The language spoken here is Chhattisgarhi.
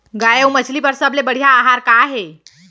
गाय अऊ मछली बर सबले बढ़िया आहार का हे?